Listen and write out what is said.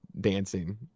dancing